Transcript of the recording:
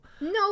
No